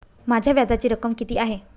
माझ्या व्याजाची रक्कम किती आहे?